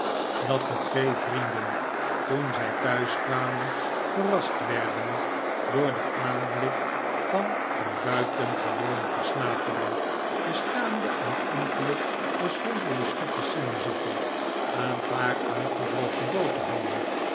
dat de twee vrienden toen zij thuis kwamen verrast werden door den aanblik van een buitengewone versnapering bestaande uit enkele verschrompelde stukjes sinaasappel een paar uitgedroogde boterhammen